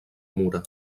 mura